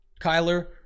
Kyler